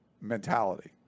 mentality